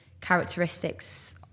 characteristics